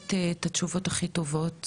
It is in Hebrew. לתת את התשובות הכי טובות